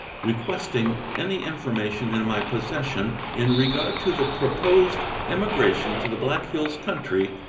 requesting any information in my possession in regard to the proposed emigration to the black hills country,